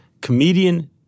comedian